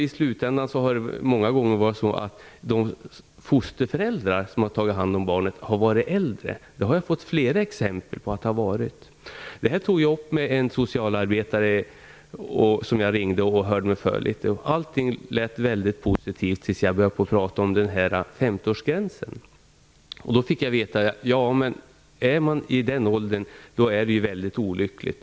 I slutändan har föräldrarna i de fosterfamiljer som har tagit hand om barnet i många fall varit äldre. Det har jag fått flera exempel på. Jag ringde en socialarbetare och hörde mig för litet och tog upp det här. Allt lät mycket positivt tills jag började prata om 50-årsgränsen. Då fick jag veta att om man är i den åldern är det mycket olyckligt.